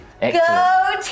Go